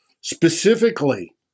specifically